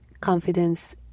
confidence